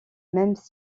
même